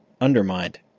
undermined